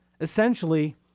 essentially